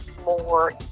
more